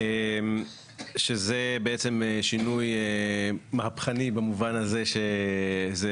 שזה בעצם שינוי מהפכני במובן הזה שזה